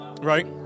Right